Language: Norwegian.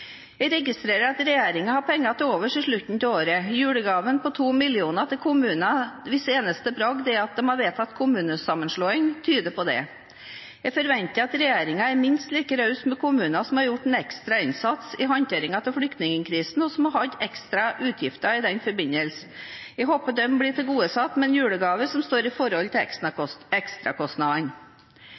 Jeg registrerer at regjeringen har penger til overs i slutten av året. Julegaven på 2 mill. kr til kommuner hvis eneste bragd er at de har vedtatt kommunesammenslåing tyder på det. Jeg forventer at regjeringen er minst like raus med kommuner som har gjort en ekstra innsats i håndteringen av flyktningkrisen, og som har hatt ekstra utgifter i den forbindelse. Jeg håper de blir tilgodesett med en julegave som står i forhold til